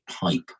pipe